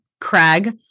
Craig